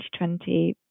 2020